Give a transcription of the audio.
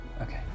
Okay